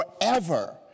forever